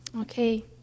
Okay